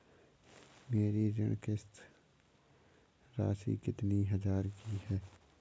मेरी ऋण किश्त राशि कितनी हजार की है?